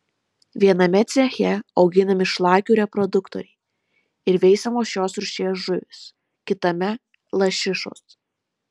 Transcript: viename ceche auginami šlakių reproduktoriai ir veisiamos šios rūšies žuvys kitame lašišos